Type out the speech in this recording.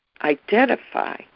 identify